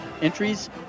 Entries